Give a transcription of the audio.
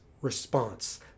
response